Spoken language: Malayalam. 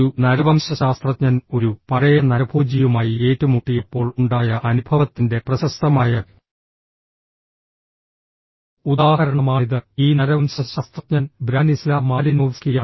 ഒരു നരവംശശാസ്ത്രജ്ഞൻ ഒരു പഴയ നരഭോജിയുമായി ഏറ്റുമുട്ടിയപ്പോൾ ഉണ്ടായ അനുഭവത്തിന്റെ പ്രശസ്തമായ ഉദാഹരണമാണിത് ഈ നരവംശശാസ്ത്രജ്ഞൻ ബ്രാനിസ്ലാ മാലിനോവ്സ്കിയാണ്